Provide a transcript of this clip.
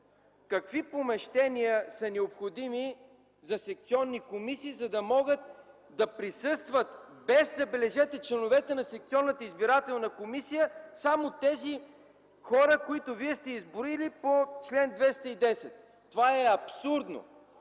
какви помещения са необходими за секционни комисии, за да могат да присъстват, без, забележете, членовете на Секционната избирателна комисия – само тези хора, които вие сте изброили по чл. 210. Това е абсурдно!